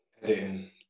Editing